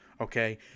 okay